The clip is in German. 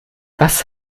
was